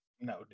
No